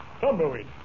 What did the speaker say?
Tumbleweed